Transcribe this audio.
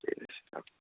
ঠিক আছে রাখুন